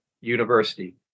University